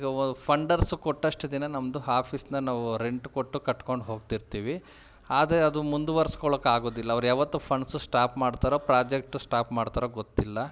ಈಗ ವ ಫಂಡರ್ಸು ಕೊಟ್ಟಷ್ಟು ದಿನ ನಮ್ಮದು ಆಫೀಸನ್ನ ನಾವೂ ರೆಂಟ್ ಕೊಟ್ಟು ಕಟ್ಕೊಂಡು ಹೋಗ್ತಿರ್ತೀವಿ ಆದರೆ ಅದು ಮುಂದ್ವರಿಸ್ಕೊಳ್ಳೋಕ್ ಆಗೋದಿಲ್ಲ ಅವ್ರು ಯಾವತ್ತು ಫಂಡ್ಸು ಸ್ಟಾಪ್ ಮಾಡ್ತಾರೊ ಪ್ರಾಜೆಕ್ಟು ಸ್ಟಾಪ್ ಮಾಡ್ತಾರೊ ಗೊತ್ತಿಲ್ಲ